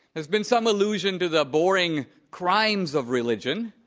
there's been some allusion to the boring crimes of religion,